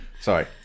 Sorry